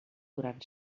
durant